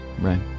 Right